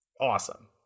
Awesome